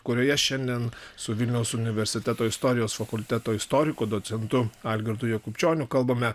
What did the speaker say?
kurioje šiandien su vilniaus universiteto istorijos fakulteto istoriku docentu algirdu jakubčioniu kalbame